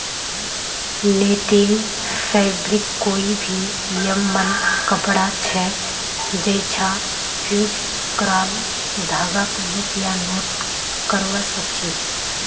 netting fabric कोई भी यममन कपड़ा छ जैइछा फ़्यूज़ क्राल धागाक लूप या नॉट करव सक छी